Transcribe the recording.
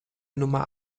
nummer